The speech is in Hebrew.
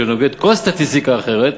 בניגוד לכל סטטיסטיקה אחרת,